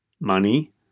money